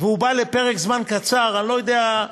והוא בא לפרק זמן קצר, אני לא יודע,